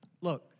look